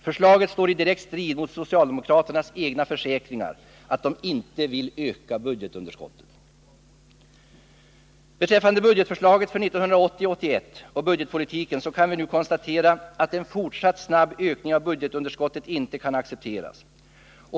Förslaget står i direkt strid med socialdemokraternas egna försäkringar om att de inte vill öka budgetunderskottet. Beträffande budgetförslaget för 1980/81 och budgetpolitiken kan vi nu konstatera att en fortsatt snabb ökning av budgetunderskottet inte kan accepteras.